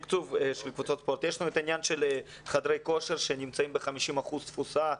יש את העניין של חדרי כושר שנמצאים ב-50% תפוסה.